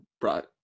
brought